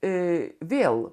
ir vėl